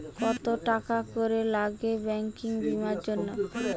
কত টাকা করে লাগে ব্যাঙ্কিং বিমার জন্য?